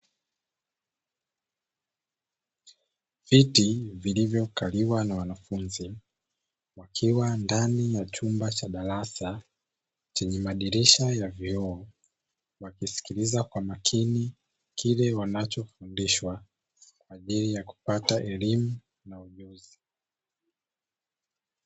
Viti vilivyokaliwa na wanafunzi wakiwa ndani ya chumba cha darasa chenye madirisha ya vioo wakisikiliza kwa makini kile wanachofundishwa kwaajili ya kupata elimu na ujuzi.